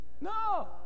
No